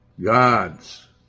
God's